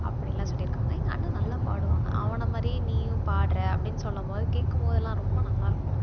அப்படிலாம் சொல்லியிருக்காங்க எங்கள் அண்ணா நல்லா பாடுவாங்க அவனை மாதிரியே நீயும் பாடுற அப்படின்னு சொல்லம்போது கேட்கும்மோதுலாம் ரொம்ப நல்லா இருக்கும்